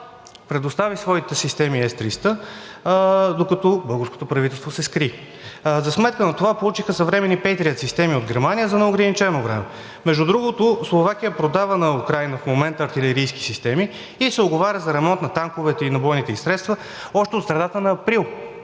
предостави своите системи Ес-300, докато руското правителство се скри, а за сметка на това получиха съвременни „Пейтриът“ системи от Германия за неограничено време. Между другото, Словакия продава на Украйна в момента артилерийски системи и се уговаря за ремонт на танковете и на бойните им средства още от средата на април,